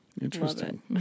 interesting